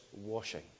washing